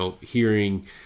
hearing